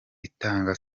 itanga